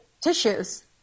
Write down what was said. tissues